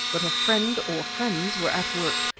but a friend or friends were at work,